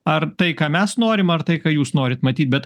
ar tai ką mes norim ar tai ką jūs norit matyt bet